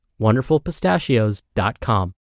wonderfulpistachios.com